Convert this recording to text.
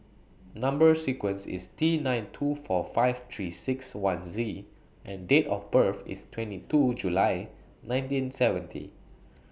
Number sequence IS T nine two four five three six one Z and Date of birth IS twenty two July nineteen seventy